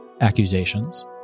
accusations